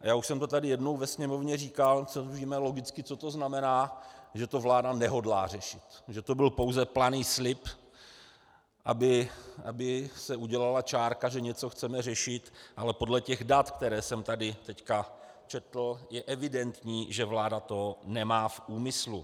Já už jsem to tady jednou ve Sněmovně říkal, víme logicky, co to znamená, že to vláda nehodlá řešit, že to byl pouze planý slib, aby se udělala čárka, že něco chceme řešit, ale podle dat, která jsem teď četl, je evidentní, že vláda to nemá v úmyslu.